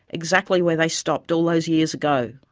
exactly where they stopped all those years ago,